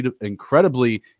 incredibly